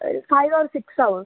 ഒരു five or six aways